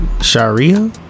Sharia